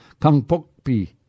Kangpokpi